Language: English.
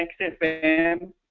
XFM